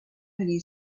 many